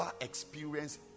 experience